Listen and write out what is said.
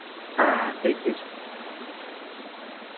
ᱦᱮᱸ ᱴᱷᱤᱠᱼᱴᱷᱤᱠ